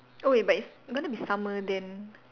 oh wait but it's going to be summer then